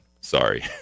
sorry